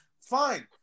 Fine